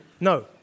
No